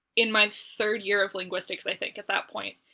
in my third year of linguistics, i think, at that point,